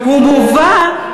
הוא מובא,